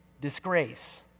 disgrace